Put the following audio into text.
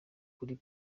kuri